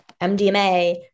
MDMA